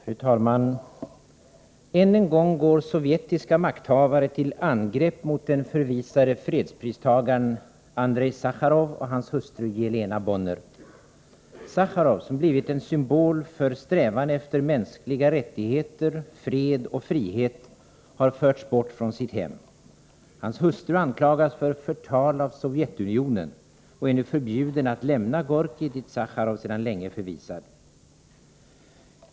Fru talman! Än en gång går sovjetiska makthavare till angrepp mot den förvisade fredspristagaren Andrej Sacharov och hans hustru Jelena Bonner. Sacharov, som blivit en symbol för strävan att upprätthålla mänskliga rättigheter, fred och frihet, har förts bort från sitt hem. Hans hustru anklagas för ”förtal av Sovjetunionen” och är nu förbjuden att lämna Gorkij, dit Sacharov sedan länge är förvisad.